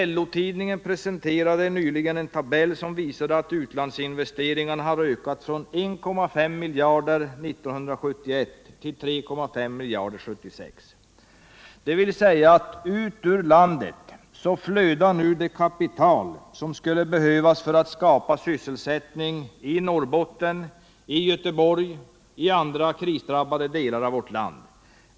LO-tidningen presenterade nyligen en tabell som visar att utlandsinvesteringarna har ökat från 1,5 miljarder 1971 till 3,5 miljarder 1976. Ut ur landet flödar nu det kapital som skulle behövas för att skapa sysselsättning i Norrbotten, i Göteborg och andra krisdrabbade delar av vårt land.